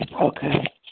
Okay